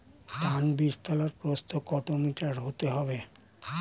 ধান বীজতলার প্রস্থ কত মিটার হতে হবে?